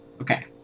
okay